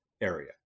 area